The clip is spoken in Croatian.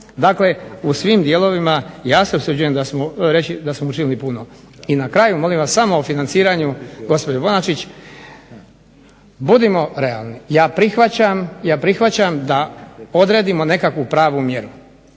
Dakle, u svim dijelovima ja se usuđujem reći da smo učinili puno. I na kraju molim vas samo o financiranju gospođo Bonačić, budimo realni. Ja prihvaćam da odredimo nekakvu pravu mjeru,